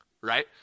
right